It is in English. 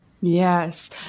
Yes